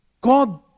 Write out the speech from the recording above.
God